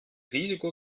risiko